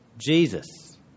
Jesus